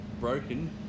broken